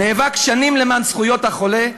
נאבק שנים למען זכויות החולה,